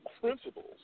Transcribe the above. principles